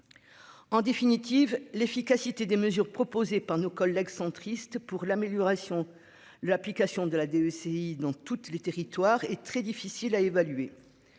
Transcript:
En définitive, l'efficacité des mesures proposées par nos collègues centristes pour l'amélioration. L'application de la DEC y'dans toutes les territoires et très difficile à évaluer.